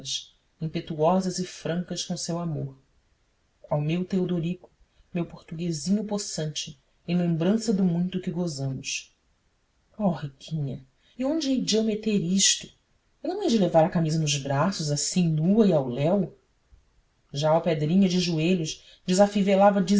impetuosas e francas como o seu amor ao meu teodorico meu portuguesinho possante em lembrança do muito que gozamos oh riquinha e onde hei de eu meter isto eu não hei de levar a camisa nos braços assim nua e ao léu já alpedrinha de joelhos desafivelava